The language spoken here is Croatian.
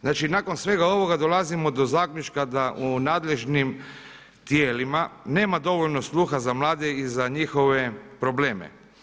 Znači nakon svega ovoga dolazimo do zaključka da u nadležnim tijelima nema dovoljno sluha za mlade i za njihove probleme.